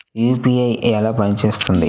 UPI ఎలా పనిచేస్తుంది?